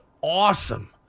awesome